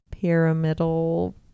Pyramidal